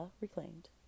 Reclaimed